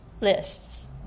lists